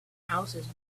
houses